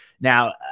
now